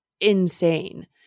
insane